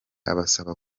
abasaba